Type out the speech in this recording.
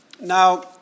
Now